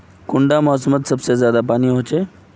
कुंडा मोसमोत सबसे ज्यादा पानी होचे?